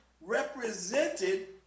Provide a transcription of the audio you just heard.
represented